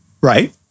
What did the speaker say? Right